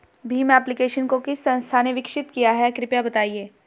Bhim application को किस संस्था ने विकसित किया है कृपया बताइए?